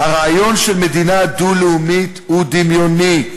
"הרעיון של מדינה דו-לאומית הוא דמיוני.